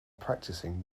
practicing